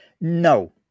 No